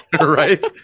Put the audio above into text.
Right